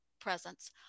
presence